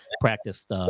Practiced